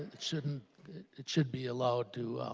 it should and it should be allowed to